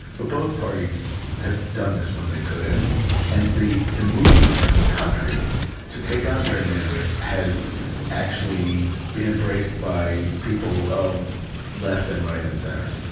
but both parties have done this when they could. and and the the movement around the country to take on gerrymandering has actually been embraced by people of left and right and center.